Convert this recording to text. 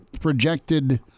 projected